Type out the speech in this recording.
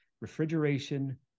refrigeration